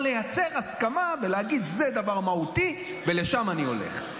או לייצר הסכמה ולהגיד: זה דבר מהותי ולשם אני הולך.